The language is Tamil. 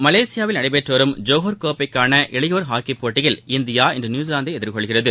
மலேசியாவில் நடைபெற்றுவரும் ஜோஹர் கோப்பைக்கான இளையோர் ஹாக்கிப்போட்டியில் இந்தியா இன்றுநியூசிலாந்தைஎதிர்கொள்கிறது